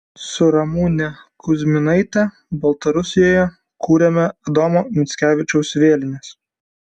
su ramune kudzmanaite baltarusijoje kūrėme adomo mickevičiaus vėlines